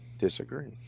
Disagree